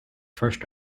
first